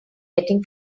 getting